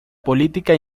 política